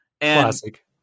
Classic